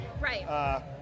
Right